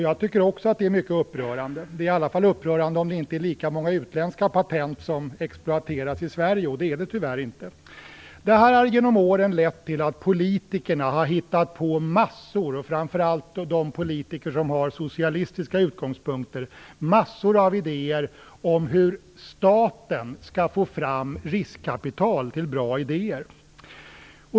Jag tycker också att det är mycket upprörande, i varje fall om det inte är lika många utländska patent som exploateras i Sverige, och det är det tyvärr inte. Detta har genom åren lett till att politikerna - framför allt de som har socialistiska utgångspunkter - har kläckt massor av idéer om hur staten skall få fram riskkapital till bra idéer.